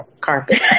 carpet